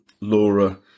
Laura